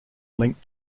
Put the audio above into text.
linked